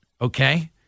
okay